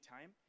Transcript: time